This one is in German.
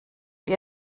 die